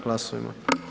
Glasujmo.